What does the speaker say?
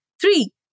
three